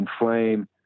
inflame